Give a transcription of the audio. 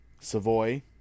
Savoy